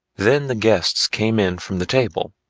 then the guests came in from the table,